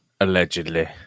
allegedly